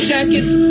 Jackets